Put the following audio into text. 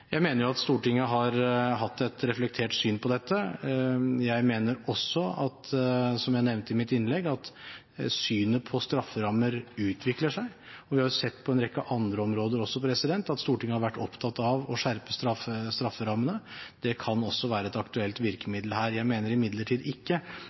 Jeg mener at Stortinget har hatt et reflektert syn på dette. Jeg mener også, som jeg nevnte i mitt innlegg, at synet på strafferammer utvikler seg. Vi har sett på en rekke andre områder også at Stortinget har vært opptatt av å skjerpe strafferammene. Det kan også være et aktuelt